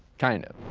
kind of.